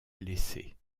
blessés